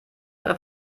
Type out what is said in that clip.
noch